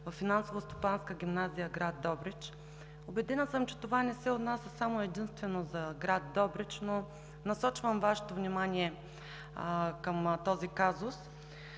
във Финансово-стопанска гимназия – град Добрич. Убедена съм, че това не се отнася само и единствено за град Добрич, но насочвам Вашето внимание към този казус,